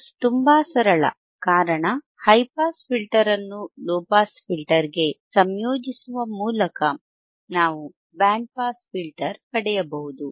ಇದು ತುಂಬಾ ಸರಳ ಕಾರಣ ಹೈ ಪಾಸ್ ಫಿಲ್ಟರ್ ಅನ್ನು ಲೊ ಪಾಸ್ ಫಿಲ್ಟರ್ಗೆ ಸಂಯೋಜಿಸುವ ಮೂಲಕ ನಾವು ಬ್ಯಾಂಡ್ ಪಾಸ್ ಫಿಲ್ಟರ್ ಪಡೆಯಬಹುದು